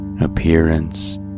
appearance